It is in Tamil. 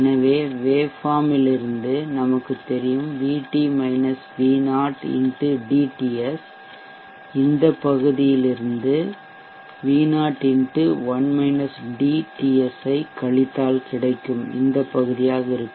எனவே வேவ்ஃபார்ம் லிருந்து அலைவடிவம் நமக்குத் தெரியும் VT V0 x dTS இந்த பகுதியிலிருந்து V0x TS ஐ கழித்தால் கிடைக்கும் இந்த பகுதியாக இருக்கும்